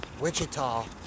Wichita